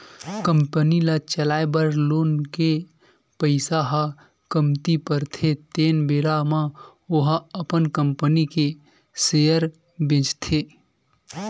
company ल चलाए बर लोन के पइसा ह कमती परथे तेन बेरा म ओहा अपन कंपनी के सेयर बेंचथे